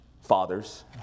Fathers